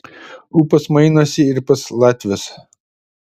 ūpas mainosi ir pas latvius